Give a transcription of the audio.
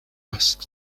asked